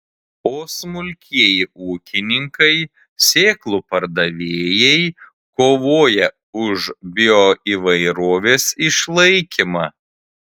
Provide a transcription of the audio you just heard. o smulkieji ūkininkai sėklų pardavėjai kovoja už bioįvairovės išlaikymą